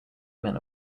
men